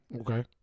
Okay